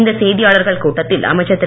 இந்த செய்தியாளர்கள் கூட்டத்தில் அமைச்சர் திரு